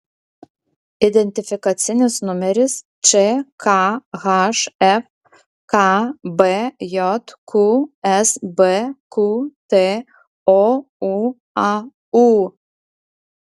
identifikacinis numeris čkhf kbjq sbqt ouaū